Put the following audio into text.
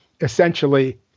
essentially